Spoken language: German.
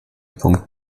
punkt